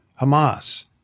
Hamas